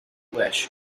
wish